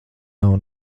nav